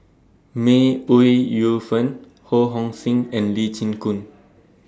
May Ooi Yu Fen Ho Hong Sing and Lee Chin Koon